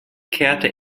kehrte